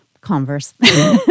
converse